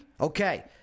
Okay